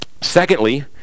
Secondly